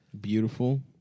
Beautiful